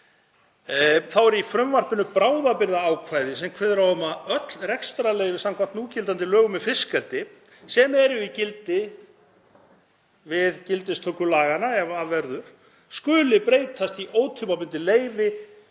Þá er í frumvarpinu bráðabirgðaákvæði sem kveður á um að öll rekstrarleyfi samkvæmt núgildandi lögum um fiskeldi, sem eru í gildi við gildistöku laganna ef af verður, skuli breytast í ótímabundin leyfi